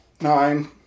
nine